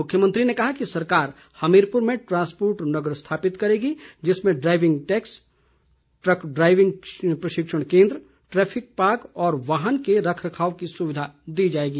मुख्यमंत्री ने कहा कि सरकार हमीरपुर में ट्रांसपोर्ट नगर स्थापित करेगी जिसमें ड्राईविंग टैक्स ट्रक ड्राईविंग प्रशिक्षण केन्द्र ट्रैफिक पार्क व वाहन के रखरखाव की सुविधा दी जाएगी